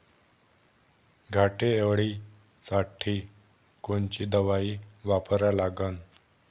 घाटे अळी साठी कोनची दवाई वापरा लागन?